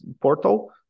portal